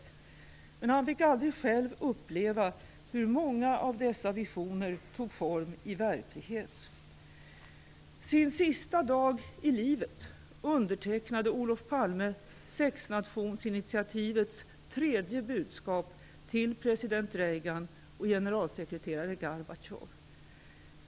Men han fick aldrig själv uppleva hur många av dessa visioner tog form i verklighet. Sin sista dag i livet undertecknade Olof Palme sexnationsinitiativets tredje budskap till president Reagan och generalsekreterare Gorbatjov.